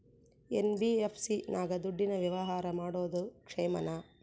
NBFC ನಾಗ ದುಡ್ಡಿನ ವ್ಯವಹಾರ ಮಾಡೋದು ಕ್ಷೇಮಾನ?